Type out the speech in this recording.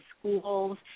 schools